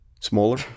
Smaller